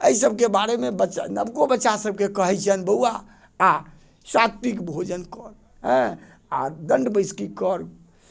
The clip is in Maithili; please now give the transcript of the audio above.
एहिसबके बारे बच्चा नवको बच्चासबके कहै छिअनि बउआ आ सात्विक भोजन कर अँए आओर दण्ड बैसकी कर